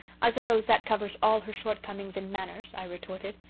i suppose that covers all her shortcomings in manners i retorted.